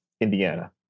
Indiana